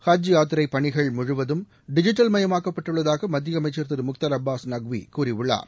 ஹஜ் யாத்திரை பணிகள் முழுவதும் டிஜிட்டல் மயமாக்கப்பட்டுள்ளதாக மத்திய அமைச்சர் திரு முக்தார் அப்பாஸ் நக்வி கூறியுள்ளார்